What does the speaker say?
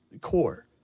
core